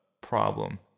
problem